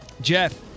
Jeff